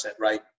right